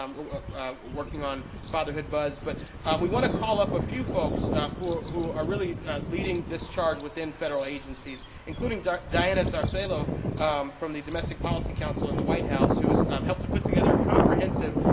um who are working on fatherhood buzz. but we want to call up a few folks who are who are really leading this charge within federal agencies, including diana zarzuela from the domestic policy council in the white house, who has um helped to put together a comprehensive